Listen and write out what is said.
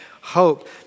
hope